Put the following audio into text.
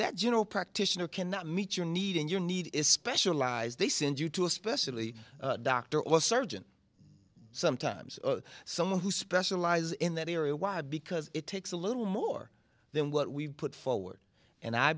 that general practitioner cannot meet your need and your need is specialized they send you to a specially doctor or surgeon sometimes someone who specializes in that area why because it takes a little more than what we've put forward and i